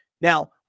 Now